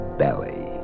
belly